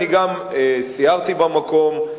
אני סיירתי במקום,